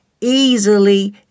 easily